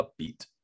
upbeat